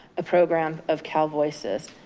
a program of cal voices.